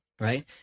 right